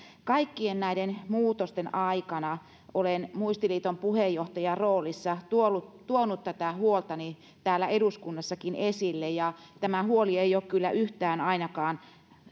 kaikkien näiden muutosten aikana olen muistiliiton puheenjohtajan roolissa tuonut tuonut tätä huoltani täällä eduskunnassakin esille ja tämä huoli ei ole kyllä yhtään ainakaan